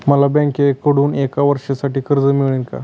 मला बँकेकडून एका वर्षासाठी कर्ज मिळेल का?